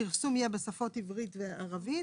הפרסום יהיה בשפות עברית וערבית,